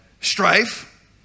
strife